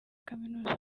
kaminuza